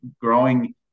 growing